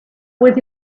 was